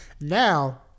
Now